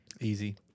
Easy